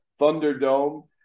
Thunderdome